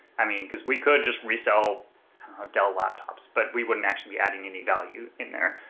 i mean, because we could just resell dell laptops but we wouldn't actually be adding any value in there.